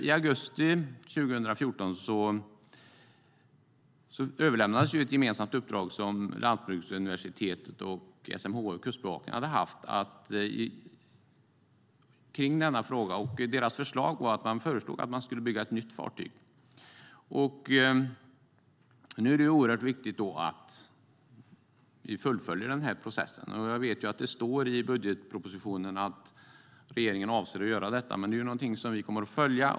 I augusti 2014 överlämnades ett gemensamt uppdrag som Lantbruksuniversitetet, SMHI och Kustbevakningen har haft i frågan. Deras förslag är att bygga ett nytt fartyg. Nu är det oerhört viktigt att vi fullföljer processen. Jag vet att det står i budgetpropositionen att regeringen avser att göra så, och det är något vi kommer att följa.